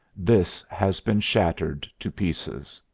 this has been shattered to pieces.